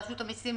רשות המסים,